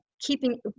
keeping